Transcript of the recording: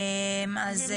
אז,